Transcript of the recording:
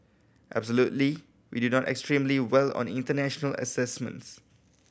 absolutely we do extremely well on international assessments